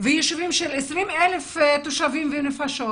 ויישובים של 20,000 נפשות,